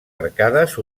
arcades